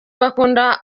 bakunda